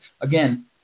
again